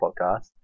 podcast